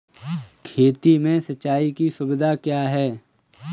खेती में सिंचाई की सुविधा क्या है?